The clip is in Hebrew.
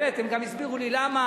באמת, הם גם הסבירו לי למה.